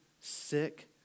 sick